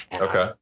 okay